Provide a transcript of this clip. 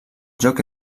joc